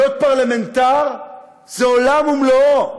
להיות פרלמנטר זה עולם ומלואו,